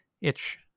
itch